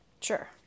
Sure